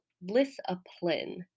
bliss-a-plin